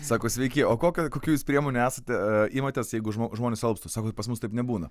sako sveiki o kokio kokių jūs priemonių esate imatės jeigu žmo žmonės alpsta sako pas mus taip nebūna